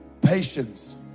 Patience